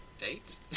dates